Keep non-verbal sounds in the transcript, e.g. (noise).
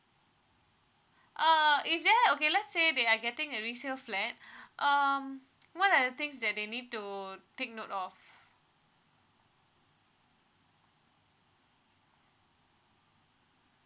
uh is that okay let's say they are getting a resale flat (breath) um what are the things that they need to take note of